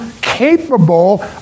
capable